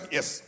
Yes